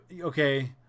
okay